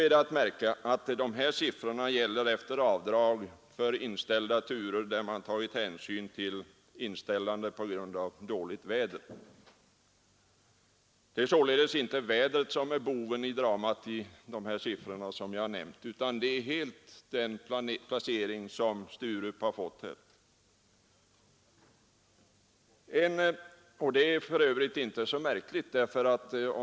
Det är att märka att dessa siffror gäller efter avdrag för inställda turer, där man tagit hänsyn till inställandet på grund av dåligt väder. Det är således inte vädret som är boven i dramat i detta fall utan det är helt den placering som flygplatsen har fått. Det är för övrigt inte så märkligt.